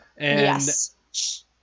Yes